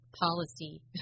policy